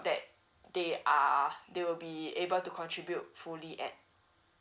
that they are they will be able to contribute fully at